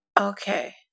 Okay